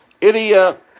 idiot